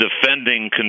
defending